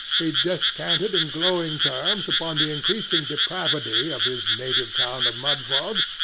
he descanted in glowing terms upon the increasing depravity of his native town of mudfog,